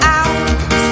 out